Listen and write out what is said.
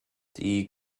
die